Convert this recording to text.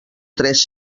tres